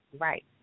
Right